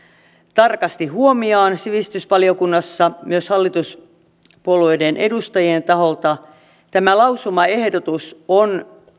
tarkasti huomioon sivistysvaliokunnassa myös hallituspuolueiden edustajien taholta tämä lausumaehdotus on